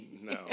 No